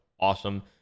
Awesome